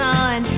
on